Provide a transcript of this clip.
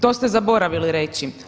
To ste zaboravili reći.